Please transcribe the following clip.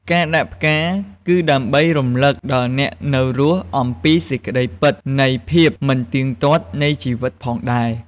ការដាក់ផ្កា គឺដើម្បីរំលឹកដល់អ្នកនៅរស់អំពីសេចក្តីពិតនៃភាពមិនទៀងទាត់នៃជីវិតផងដែរ។